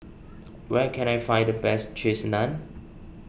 where can I find the best Cheese Naan